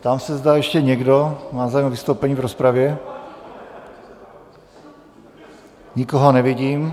Ptám se, zda ještě někdo má zájem o vystoupení v rozpravě nikoho nevidím.